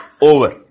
over